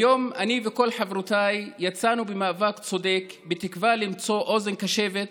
היום אני וכל חברותיי יצאנו במאבק צודק בתקווה למצוא אוזן קשבת,